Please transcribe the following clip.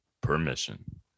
permission